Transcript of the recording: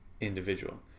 individual